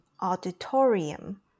auditorium